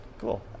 Cool